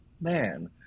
man